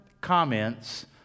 comments